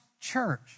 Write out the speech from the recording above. church